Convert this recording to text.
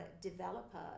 developer